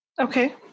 Okay